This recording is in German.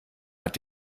hat